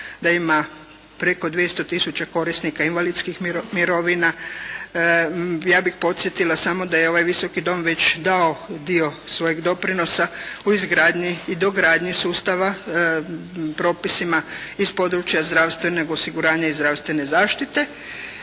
da ima preko 200 tisuća korisnika invalidskih mirovina, ja bih samo podsjetila da je ovaj Visoki dom već dao dio svojeg doprinosa u izgradnji i dogradnji sustava propisima iz područja zdravstvenog osiguranja i zdravstvene zaštite